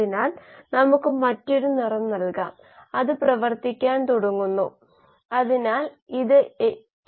അപ്പോൾ നിങ്ങൾക്ക് extra cellular സ്ഥലത്തു S നോട്ട് C D എന്നിവയുടെ വ്യതിയാനത്തിന്റെ നിരക്ക് ലഭിക്കും